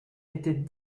était